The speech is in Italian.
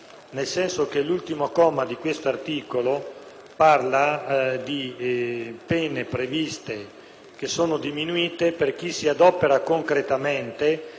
parla di pene diminuite per chi si adopera concretamente affinché il minore riacquisti la propria libertà